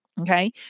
okay